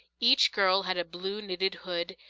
each girl had a blue knitted hood,